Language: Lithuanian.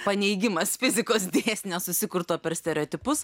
paneigimas fizikos dėsnio susikurto per stereotipus